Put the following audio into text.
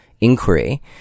inquiry